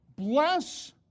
Bless